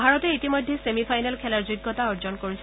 ভাৰতে ইতিমধ্যে semi final খেলাৰ যোগ্যতা অৰ্জন কৰিছে